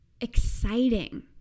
exciting